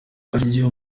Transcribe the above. ayo